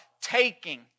taking